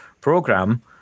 program